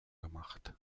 gemacht